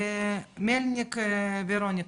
מלניק ורוניקה.